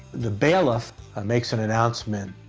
the bailiff makes an announcement,